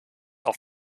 auf